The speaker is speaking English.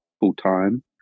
full-time